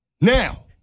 Now